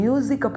Music